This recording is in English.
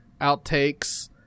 outtakes